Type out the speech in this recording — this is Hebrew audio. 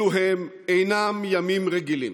אלו הם אינם ימים רגילים.